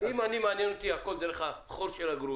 אם הכול מעניין אותי דרך החור של הגרוש,